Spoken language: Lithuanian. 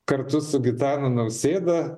kartu su gitanu nausėda